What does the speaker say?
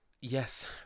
Yes